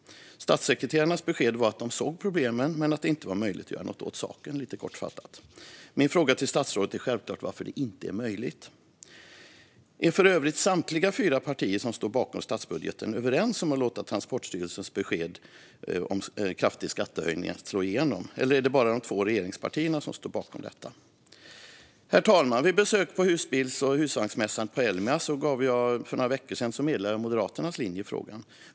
Statssekreterarnas besked var, kortfattat, att de såg problemen men att det inte var möjligt att göra något åt saken. Min fråga till statsrådet är självklart varför det inte är möjligt. Är för övrigt samtliga fyra partier som står bakom statsbudgeten överens om att låta Transportstyrelsens besked om en kraftig skattehöjning slå igenom, eller är det bara de två regeringspartierna som står bakom detta? Herr talman! Vid ett besök på husbils och husvagnsmässan på Elmia för några veckor sedan meddelade jag Moderaternas linje i frågan.